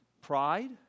Pride